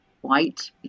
white